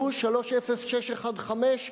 גוש 30614,